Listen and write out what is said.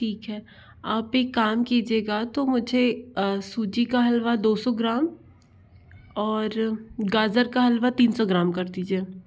ठीक है आप एक काम कीजिएगा तो मुझे सूजी का हलवा दो सौ ग्राम और गाजर का हलवा तीन सौ ग्राम कर दीजिए